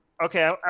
Okay